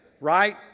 Right